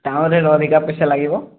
ଟାଉନ୍ରେ ଅଧିକା ପଇସା ଲାଗିବ